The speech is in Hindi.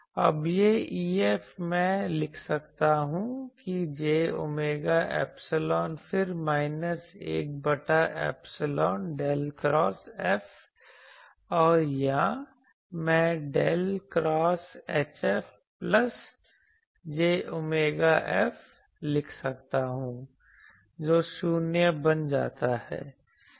अब यह EF मैं लिख सकता हूँ कि j ओमेगा ऐपसीलोन फिर माइनस 1 बटा ऐपसीलोन डेल क्रॉस F और या मैं del cross HF plus j omega F लिख सकता हूं जो 0 बन जाता है